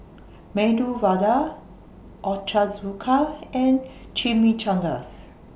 Medu Vada Ochazuke and Chimichangas